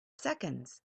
seconds